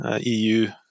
EU